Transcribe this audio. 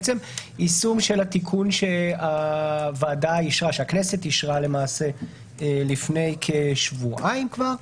ביישום של התיקון שהכנסת אישרה למעשה לפני כשבועיים כבר,